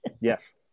yes